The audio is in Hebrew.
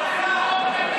מה יהיה עם